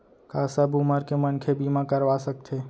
का सब उमर के मनखे बीमा करवा सकथे?